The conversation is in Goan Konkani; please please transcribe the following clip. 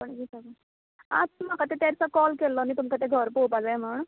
पणजे सान आं तुमी म्हाका ते दिसा काॅल केल्लो न्ही तुमकां तें घर पोळोपा जाय म्हण